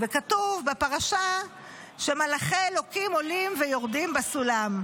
וכתוב בפרשה שמלאכי אלוקים עולים ויורדים בסולם.